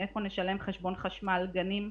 מאיפה נשלם חשבון חשמל, גנים?